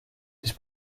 siis